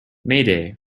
mayday